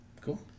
Cool